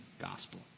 gospel